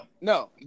No